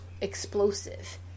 explosive